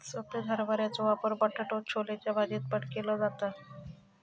सफेद हरभऱ्याचो वापर बटाटो छोलेच्या भाजीत पण केलो जाता